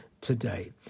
today